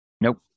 nope